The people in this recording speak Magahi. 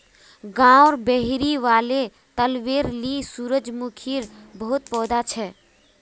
गांउर बहिरी वाले तलबेर ली सूरजमुखीर बहुत पौधा छ